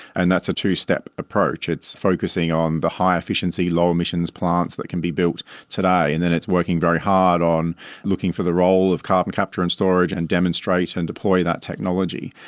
and that's a two-step approach. it's focusing on the high efficiency, low emissions plants that can be built today, and then it's working very hard on looking for the role of carbon capture and storage and demonstrate and deploy that technology.